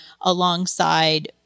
alongside